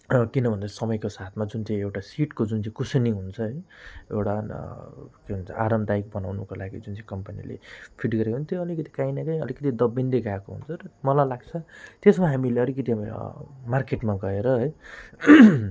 र किन भन्दा समयको साथमा जुन चाहिँ एउटा सिटको जुन चाहिँ कुसनी हुन्छ है एउटा न के भन्छ आरामदायक बनाउनुको जुन चाहिँ कम्पनीले फिट गरेको पनि त्यो अलिकति काहीँ न काहीँ दबिँदै गएको हुन्छ र मलाई लाग्छ त्यसमा हामीले अलिकति अब मार्केटमा गएर है